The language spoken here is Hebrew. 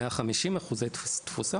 150 אחוזי תפוסה,